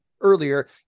earlier